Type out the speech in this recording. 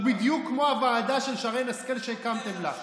הוא בדיוק כמו הוועדה של שרן השכל שהקמתם לה,